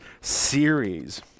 series